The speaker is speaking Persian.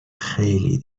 خیلی